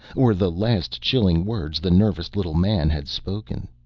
or the last chilling words the nervous little man had spoken.